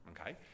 Okay